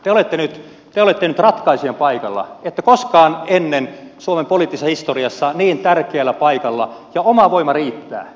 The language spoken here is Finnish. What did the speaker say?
te olette nyt ratkaisijan paikalla ette koskaan ennen suomen poliittisessa historiassa ole olleet niin tärkeällä paikalla ja oma voima riittää